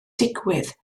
digwydd